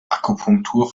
akupunktur